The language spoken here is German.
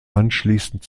anschließend